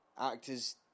Actors